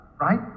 Right